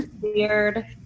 weird